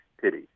pity